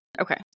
Okay